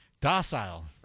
Docile